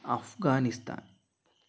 Afghanistan